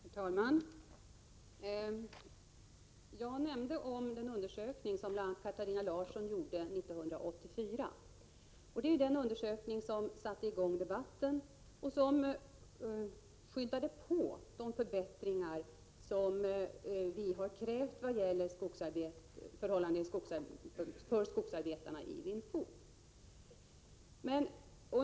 Herr talman! Jag nämnde den undersökning som bl.a. Katarina Larsson gjorde 1984. Det var den undersökningen som satte i gång debatten och som skyndade på de förbättringar som vi har krävt vad gäller förhållandena för skogsarbetarna i Vinh Phu.